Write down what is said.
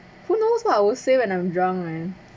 who knows what I will say when I'm drunk man